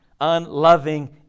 unloving